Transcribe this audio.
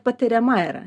patiriama yra